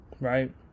Right